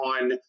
on